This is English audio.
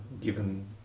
given